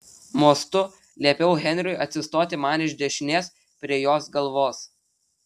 mostu liepiau henriui atsistoti man iš dešinės prie jos galvos